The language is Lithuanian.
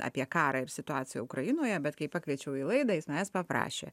apie karą ir situaciją ukrainoje bet kai pakviečiau į laidą jis manęs paprašė